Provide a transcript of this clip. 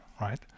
right